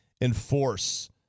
enforce